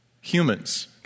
humans